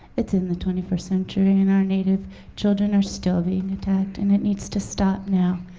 it's in the twenty first century and our native children are still being attacked, and it needs to stop now.